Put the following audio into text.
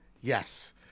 Yes